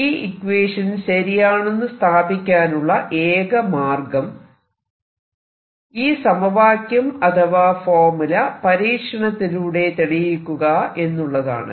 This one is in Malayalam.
ഈ ഇക്വേഷൻ ശരിയാണെന്നു സ്ഥാപിക്കാനുള്ള ഏക മാർഗം ഈ സമവാക്യം അഥവാ ഫോർമുല പരീക്ഷണത്തിലൂടെ തെളിയിക്കുക എന്നുള്ളതാണ്